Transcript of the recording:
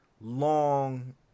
long